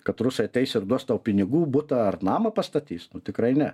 kad rusai ateis ir duos tau pinigų butą ar namą pastatys tikrai ne